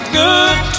good